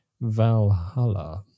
Valhalla